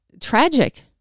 tragic